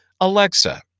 Alexa